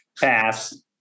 Pass